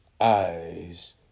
eyes